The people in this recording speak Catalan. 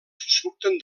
surten